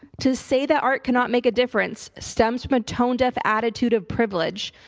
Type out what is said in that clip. to say that art cannot make a difference stems from a tone deaf attitude of privilege.